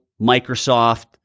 Microsoft